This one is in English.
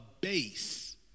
base